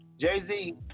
Jay-Z